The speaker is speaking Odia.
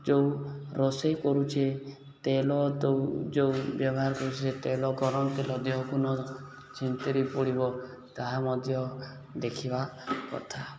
ଯେଉଁ ରୋଷେଇ କରୁଛେ ତେଲ ତ ଯେଉଁ ବ୍ୟବହାର କରୁଛେ ସେ ତେଲ ଗରମ ତେଲ ଦେହକୁ ନ ଛିନ୍ତିରି ପଡ଼ିବ ତାହା ମଧ୍ୟ ଦେଖିବା କଥା